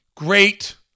Great